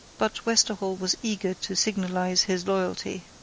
but westerhall was eager to signalise his loyalty,